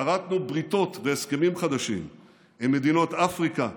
כרתנו בריתות והסכמים חדשים עם מדינות אפריקה,